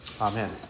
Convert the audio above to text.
Amen